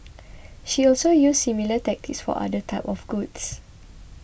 she also used similar tactics for other types of goods